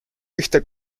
ühte